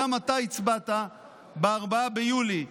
שגם אתה הצבעת ב-4 ביולי,